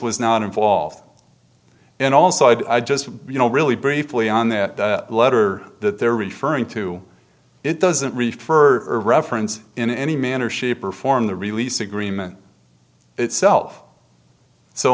was not involved and also i just you know really briefly on that letter that they're referring to it doesn't refer to reference in any manner shape or form the release agreement itself so